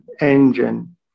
engine